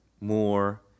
more